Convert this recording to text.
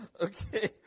Okay